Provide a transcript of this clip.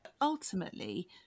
Ultimately